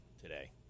today